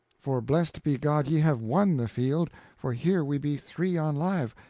for blessed be god ye have won the field for here we be three on live,